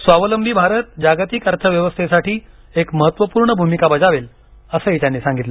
स्वावलंबी भारत जागतिक अर्थव्यवस्थेसाठी एक महत्त्वपूर्ण भूमिका बजावेल असंही त्यांनी सांगितलं